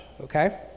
okay